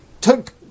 took